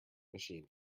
machine